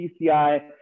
PCI